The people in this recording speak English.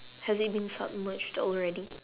has it been submerged already